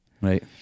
Right